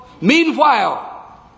Meanwhile